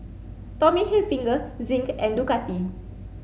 Tommy Hilfiger Zinc and Ducati